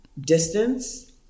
distance